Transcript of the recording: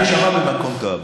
הנשמה במקום טוב.